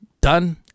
done